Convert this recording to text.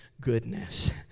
goodness